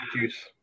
juice